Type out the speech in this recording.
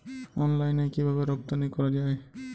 অনলাইনে কিভাবে রপ্তানি করা যায়?